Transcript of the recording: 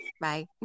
Bye